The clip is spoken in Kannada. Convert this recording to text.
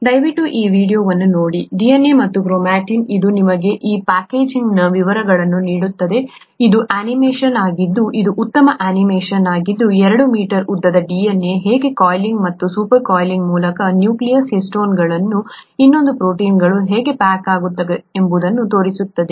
ದಯವಿಟ್ಟು ಈ ವೀಡಿಯೊವನ್ನು ನೋಡಿ DNA ಮತ್ತು ಕ್ರೊಮಾಟಿನ್ ಇದು ನಿಮಗೆ ಈ ಪ್ಯಾಕೇಜಿಂಗ್ನ ವಿವರಗಳನ್ನು ನೀಡುತ್ತದೆ ಇದು ಅನಿಮೇಷನ್ ಆಗಿದ್ದು ಇದು ಉತ್ತಮ ಅನಿಮೇಷನ್ ಆಗಿದ್ದು 2 ಮೀಟರ್ ಉದ್ದದ DNA ಹೇಗೆ ಕಾಯಿಲಿಂಗ್ ಮತ್ತು ಸೂಪರ್ ಕಾಯಿಲಿಂಗ್ ಮೂಲಕ ನ್ಯೂಕ್ಲಿಯಸ್ಗೆ ಹಿಸ್ಟೋನ್ಗಳು ಇನ್ನೊಂದು ಪ್ರೋಟೀನ್ಗಳು ಹೇಗೆ ಪ್ಯಾಕ್ ಆಗುತ್ತದೆ ಎಂಬುದನ್ನು ತೋರಿಸುತ್ತದೆ